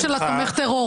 --- של התומך טרור,